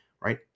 right